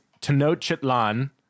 Tenochtitlan